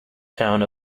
town